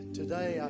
today